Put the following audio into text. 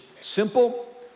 Simple